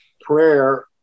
prayer